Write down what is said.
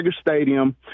Stadium